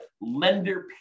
lender